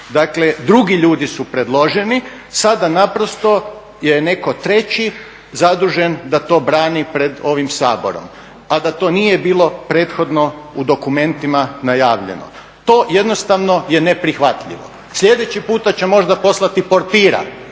Dakle drugi ljudi su predloženi, sada naprosto je netko treći zadužen da to brani pred ovim Saborom, a da to nije bilo prethodno u dokumentima najavljeno. To jednostavno je neprihvatljivo. Sljedeći puta će možda poslati portira,